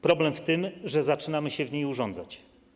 Problem w tym, że zaczynamy się w niej urządzać.